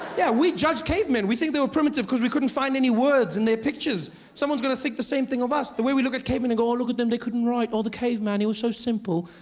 yeah we judged cave men. we think they were primitive because we couldn't find any words in their pictures. someone's going to think the same thing of us. the way we look at cave men and go, oh, look at them, they couldn't write oh, the cave man, he was so simple.